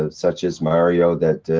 ah such as mario, that.